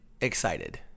excited